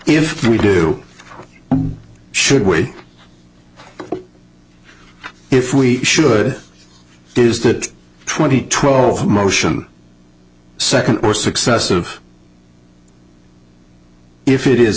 if we do should weigh if we should is that twenty twelve motion second or successive if it is